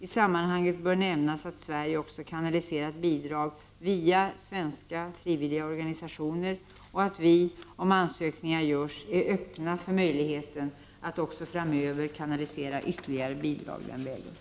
I sammanhanget bör nämnas att Sverige också kanaliserat bidrag via svenska frivilliga organisationer och att vi, om ansökningar görs, är öppna för möjligheten att också framöver kanalisera ytterligare bidrag den vägen.